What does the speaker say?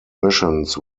missions